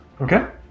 Okay